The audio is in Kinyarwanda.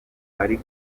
uhari